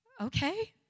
okay